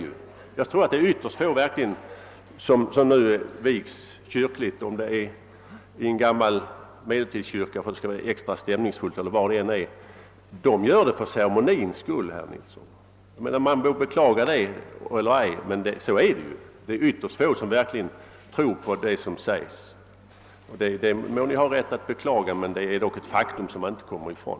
Jag tror att de som nu vigs kyrkligt — i gamla medeltidskyrkor för att det hela skall vara extra stämningsfullt eller var det än är — gör det bara för ceremonins skull. Det är ytterst få som verkligen tror på vad som sägs. Man må beklaga det eller ej, men det är ett faktum som man inte kommer ifrån.